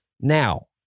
Now